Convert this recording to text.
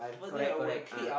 correct correct ah